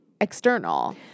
external